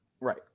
Right